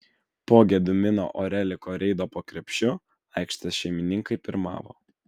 po gedimino oreliko reido po krepšiu aikštės šeimininkai pirmavo